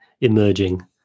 emerging